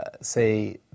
say